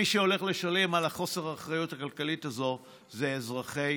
מי שהולך לשלם על חוסר האחריות הכלכלית הזה זה אזרחי